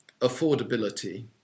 affordability